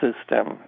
system